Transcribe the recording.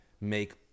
make